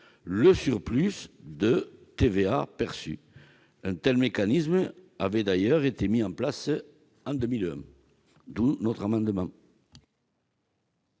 le surplus de TVA perçu. Un tel mécanisme avait d'ailleurs été mis en place en 2001. Quel est l'avis de